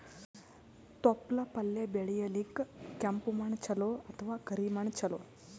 ತೊಪ್ಲಪಲ್ಯ ಬೆಳೆಯಲಿಕ ಕೆಂಪು ಮಣ್ಣು ಚಲೋ ಅಥವ ಕರಿ ಮಣ್ಣು ಚಲೋ?